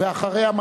אחריה,